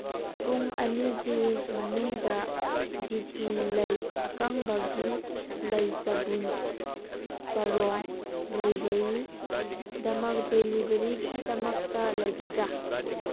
ꯄꯨꯡ ꯑꯅꯤꯒꯤ ꯃꯅꯨꯡꯗ ꯗꯤ ꯄꯤ ꯂꯩ ꯑꯀꯪꯕꯒꯤ ꯂꯩ ꯆꯕꯨꯟ ꯆꯔꯣꯡ ꯗꯤꯂꯤꯚꯔꯤꯒꯤꯗꯃꯛꯇ ꯂꯩꯒꯗ꯭ꯔꯥ